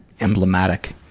emblematic